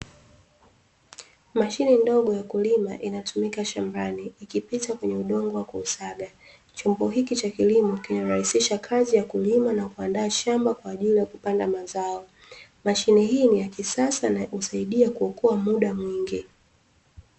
Mashine ndogo ya kulima inatumika shambani ikipita kwenye udongo na kuusaga, chombo hiki cha kilimo kinarahisisha kazi ya kulima na kuandaa shamba kwa ajili ya kupanda mazao. Mashine hii ni ya kisasa na husaida kuokoa muda mwingi.